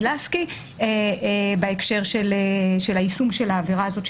לסקי בהקשר של היישום של העבירה הזאת,